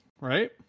right